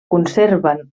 conserven